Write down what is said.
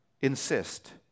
insist